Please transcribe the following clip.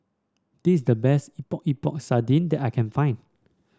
this is the best Epok Epok Sardin that I can find